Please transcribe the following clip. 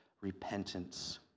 repentance